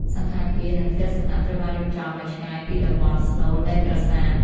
សណ្ឋាគារ និងផ្ទះសំណាក់ត្រូវបានរៀបចំឱ្យឆ្ងាយពីតំបន់ស្នូលនៃប្រាសាទ។